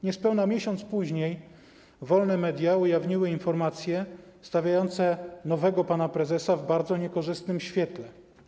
Niespełna miesiąc później wolne media ujawniły informacje stawiające nowego pana prezesa w bardzo niekorzystnym świetle.